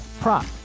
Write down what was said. prop